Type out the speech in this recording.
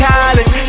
College